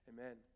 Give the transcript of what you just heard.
Amen